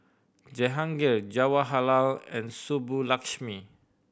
Jehangirr Jawaharlal and Subbulakshmi